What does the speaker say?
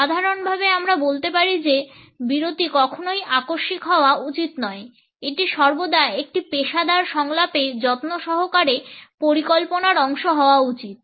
সাধারণভাবে আমরা বলতে পারি যে বিরতি কখনই আকস্মিক হওয়া উচিত নয় এটি সর্বদা একটি পেশাদার সংলাপে যত্ন সহকারে পরিকল্পনার অংশ হওয়া উচিত